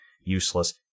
useless